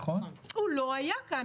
הוא לא היה כאן.